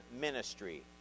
ministry